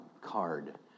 card